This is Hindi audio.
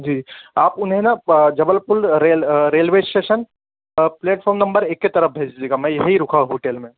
जी आप उन्हे ना Jabalpur rail railway station platform number एक के तरफ़ भेज दीजिएगा मै यहीं रुका हूँ होटेल में